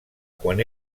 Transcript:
quan